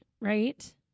right